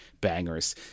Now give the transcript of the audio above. bangers